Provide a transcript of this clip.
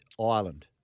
Ireland